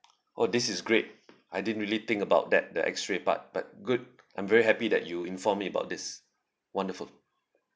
oh this is great I didn't really think about that the X ray part but good I'm very happy that you inform me about this wonderful